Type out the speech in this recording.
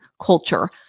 culture